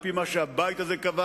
על-פי מה שהבית הזה קבע,